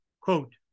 Quote